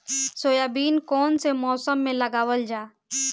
Soybean कौने मौसम में लगावल जा?